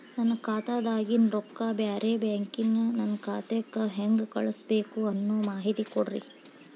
ನನ್ನ ಖಾತಾದಾಗಿನ ರೊಕ್ಕ ಬ್ಯಾರೆ ಬ್ಯಾಂಕಿನ ನನ್ನ ಖಾತೆಕ್ಕ ಹೆಂಗ್ ಕಳಸಬೇಕು ಅನ್ನೋ ಮಾಹಿತಿ ಕೊಡ್ರಿ?